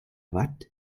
watt